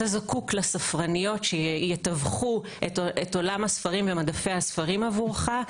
אתה זקוק לספרניות שיתווכו את עולם הספרים ומדפי הספרים עבורך.